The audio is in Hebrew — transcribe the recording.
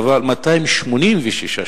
זה 286 שקלים.